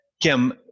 Kim